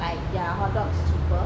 like their hot dogs cheaper